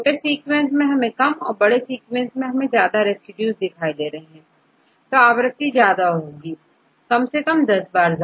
छोटे सीक्वेंस में कम और बड़े सीक्वेंस जहां1000 रेसिड्यूज है यह ज्यादा होगी कम से कम10 बार